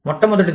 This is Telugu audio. మొట్టమొదటిది